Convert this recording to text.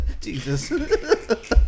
Jesus